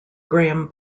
graham